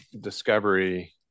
discovery